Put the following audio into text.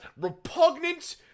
repugnant